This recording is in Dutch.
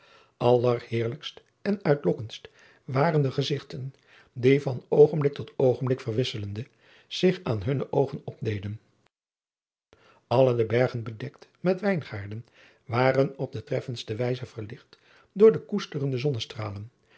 llerheerlijkst en uitlokkendst waren de gezigten die van oogenblik tot oogenblik verwisselende zich aan hunne oogen opdeden lle de bergen bedekt met wijngaarden waren op de treffendste wijze verlicht door de koesterende zonnestralen